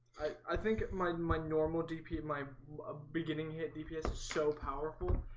i think my my normal dp my ah beginning hit dps is so powerful